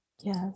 Yes